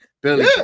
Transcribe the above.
Billy